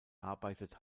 arbeitet